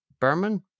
Berman